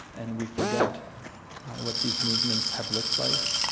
and we forget what these movements have looked like.